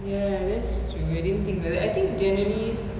ya that's true I didn't think like that I think generally